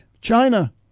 China